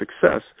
success